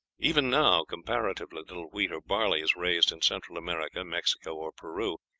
even now comparatively little wheat or barley is raised in central america, mexico, or peru,